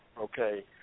okay